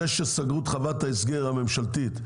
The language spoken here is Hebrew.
זה שסגרו את חוות ההסגר הממשלתית,